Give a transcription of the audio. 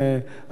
אפשר להגיד,